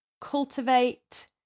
cultivate